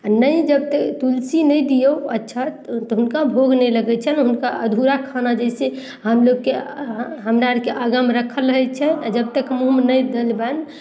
आ नहि जते तुलसी नहि दियौ अच्छत तऽ हुनका भोग नहि लगय छनि हुनका अधूरा खाना जैसे हमलोगके हमरा आरके आगाँमे रखल रहय छै आओर जब तक मुँहमे नहि देबनि